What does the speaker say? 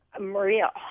Maria